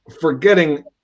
forgetting